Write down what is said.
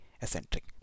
eccentric